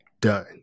Done